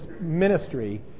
ministry